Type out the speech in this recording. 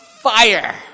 fire